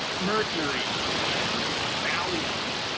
mercury and thallium,